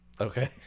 okay